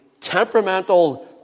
temperamental